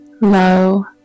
low